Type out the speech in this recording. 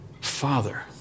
Father